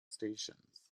stations